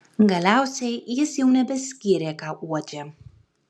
galiausiai jis jau nebeskyrė ką uodžia